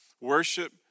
worship